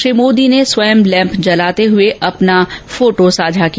श्री मोदी ने स्वयं लैम्प जलाते हुए अपना फोटा साझा किया